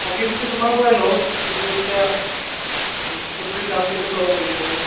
আগে পিছে তোমাৰ পৰাই লওঁ কিন্তু এতিয়া চবজিৰ দাম কেনেকুৱা বা চলি আছে